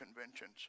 conventions